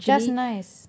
just nice